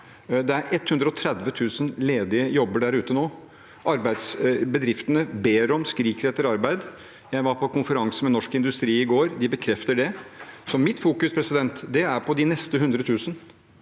Det er 130 000 ledige jobber der ute nå. Bedriftene ber om og skriker etter arbeidskraft. Jeg var på en konferanse med Norsk Industri i går, og de bekrefter det. Så mitt fokus er på de neste 100 000,